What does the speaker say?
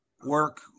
work